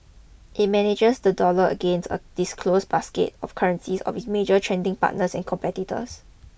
it manages the dollar against a disclosed basket of currencies of its major trading partners and competitors